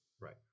Right